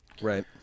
Right